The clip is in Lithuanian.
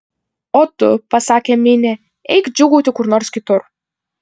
o tu pasakė minė eik džiūgauti kur nors kitur